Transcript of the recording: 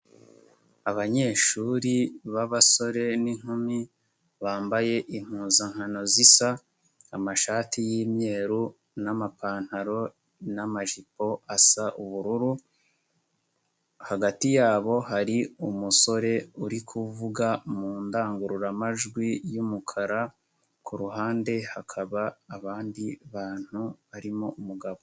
Abanyeshuri b'abasore n'inkumi, bambaye impuzankano zisa, amashati y'imyeru n'amapantaro n'amajipo asa ubururu, hagati yabo hari umusore uri kuvuga mu ndangururamajwi y'umukara, ku ruhande hakaba abandi bantu barimo umugabo.